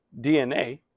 DNA